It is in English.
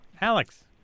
Alex